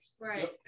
Right